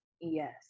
Yes